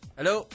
Hello